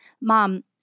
Mom